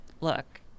look